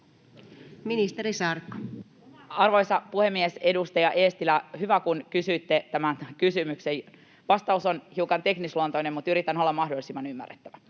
Ministeri Saarikko. Arvoisa puhemies! Edustaja Eestilä, hyvä, kun kysyitte tämän kysymyksen. Vastaus on hiukan teknisluontoinen, mutta yritän olla mahdollisimman ymmärrettävä: